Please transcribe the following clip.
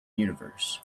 universe